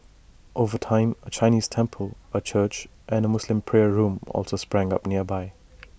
over time A Chinese temple A church and A Muslim prayer room also sprang up nearby